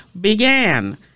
began